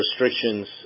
restrictions